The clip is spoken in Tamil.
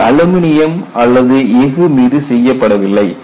இது அலுமினியம் அல்லது எஃகு மீது செய்யப்படவில்லை